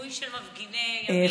פינוי של מפגיני ימין,